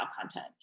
content